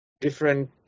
different